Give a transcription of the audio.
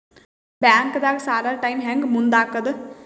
ಬ್ಯಾಂಕ್ದಾಗ ಸಾಲದ ಟೈಮ್ ಹೆಂಗ್ ಮುಂದಾಕದ್?